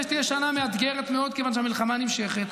2025 תהיה מאתגרת מאוד, כיוון שהמלחמה נמשכת.